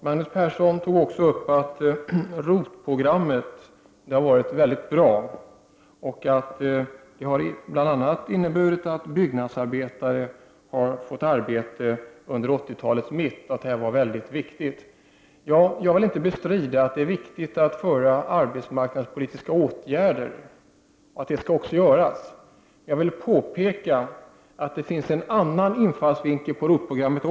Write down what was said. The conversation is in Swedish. Magnus Persson sade också att ROT-programmet har varit mycket bra, att det bl.a. har inneburit att byggnadsarbetare har fått arbete under 80-talets mitt, något som enligt Magnus Persson var mycket viktigt. Jag vill inte bestrida att det är viktigt att vidta arbetsmarknadspolitiska åtgärder. Det skall göras. Men jag vill påpeka att det även finns en annan infallsvinkel när det gäller ROT-programmet.